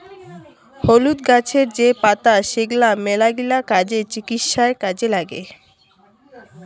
হলুদ গাছের যে পাতা সেগলা মেলাগিলা কাজে, চিকিৎসায় কাজে নাগে